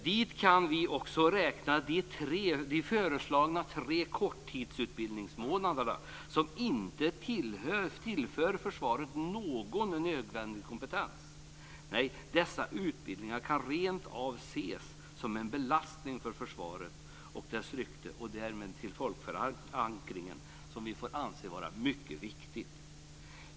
Dit kan vi också räkna de föreslagna tre månaders korttidsutbildningarna, som inte tillför försvaret någon nödvändig kompetens. Nej, dessa utbildningar kan rent av ses som en belastning för försvarets rykte och därmed folkförankringen, som vi anser vara mycket viktigt.